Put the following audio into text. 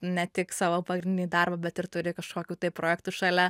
ne tik savo pagrindinį darbą bet ir turi kažkokių tai projektų šalia